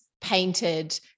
painted